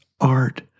art